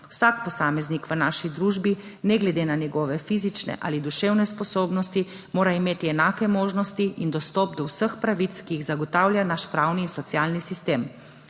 Vsak posameznik v naši družbi, ne glede na njegove fizične ali duševne sposobnosti, mora imeti enake možnosti in dostop do vseh pravic, ki jih zagotavljata naš pravni in socialni sistem.